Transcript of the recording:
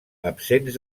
absents